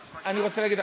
אני רוצה להגיד לך,